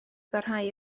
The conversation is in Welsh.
barhau